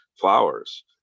flowers